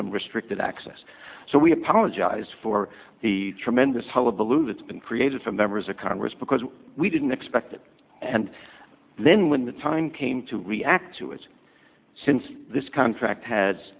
some restricted access so we apologize for the tremendous hullabaloo that's been created for members of congress because we didn't expect it and then when the time came to react to it since this contract has